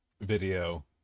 video